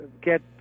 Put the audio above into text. get